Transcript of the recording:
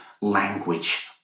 language